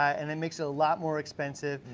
and it makes it a lot more expensive.